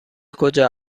کجا